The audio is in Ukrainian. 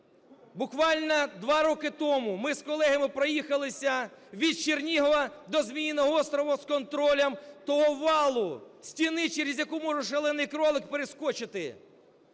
Буквально два роки тому ми з колегами проїхалися від Чернігова до Зміїного острову з контролем того валу, стіни, через яку може шалений кролик перескочити.